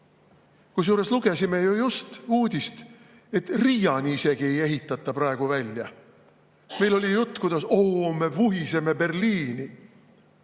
Kusjuures lugesime just uudist, et Riiani isegi ei ehitata praegu välja. Meil oli jutt, kuidas me vuhiseme Berliini.